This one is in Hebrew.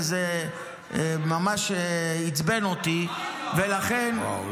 וזה ממש עצבן אותי --- וואו,